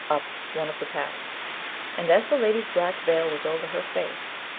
up one of the paths and as the lady's black veil was over her face,